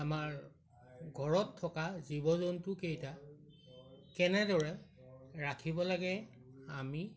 আমাৰ ঘৰত থকা জীৱ জন্তুকেইটা কেনেদৰে ৰাখিব লাগে আমি